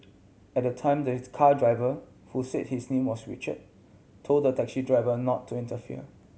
at the time there is car driver who said his name was Richard told the taxi driver not to interfere